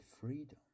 freedom